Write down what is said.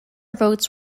votes